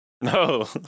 No